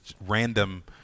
random